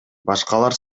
башкалар